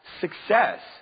success